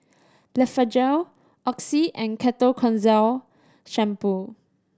Blephagel Oxy and Ketoconazole Shampoo